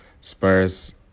Spurs